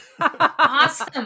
awesome